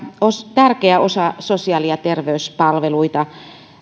tärkeä osa sosiaali ja terveyspalveluita